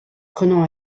prenant